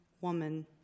woman